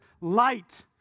light